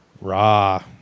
Raw